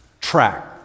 track